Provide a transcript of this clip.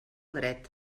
dret